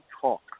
talk